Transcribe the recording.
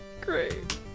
Great